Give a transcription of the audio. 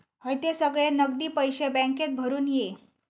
हयते सगळे नगदी पैशे बॅन्केत भरून ये